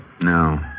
No